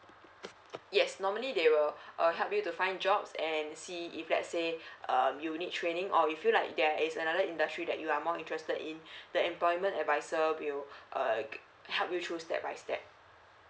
yes normally they will err help you to find jobs and see if let's say um you need training or if you like there is another industry that you are more interested in the employment advisor uh we will uh help you choose step by step